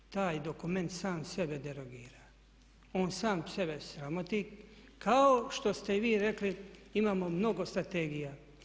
Taj dokument sam sebe derogira, on sam sebe sramoti kao što ste vi rekli imamo mnogo strategija.